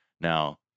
Now